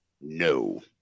no